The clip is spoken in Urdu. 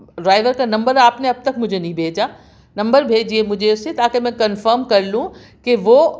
رائڈر کا نمبر آپ نے اب تک مجھے نہیں بھیجا نمبر بھیجئے مجھے اُس سے تاکہ میں کنفرم کر لوں کہ وہ